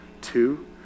two